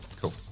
cool